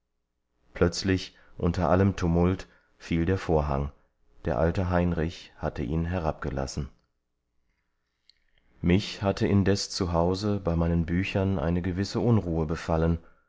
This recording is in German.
plötzlich unter allem tumult fiel der vorhang der alte heinrich hatte ihn herabgelassen mich hatte indes zu hause bei meinen büchern eine gewisse unruhe befallen